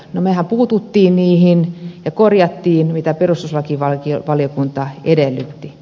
no mehän puutuimme niihin ja korjasimme mitä perustuslakivaliokunta edellytti